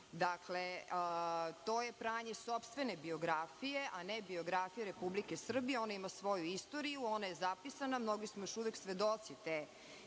to je pranja sopstvene biografije a ne biografije Republike Srbije. Ona ima svoju istoriju, ona je zapisana, mnogi smo još uvek svedoci te istorije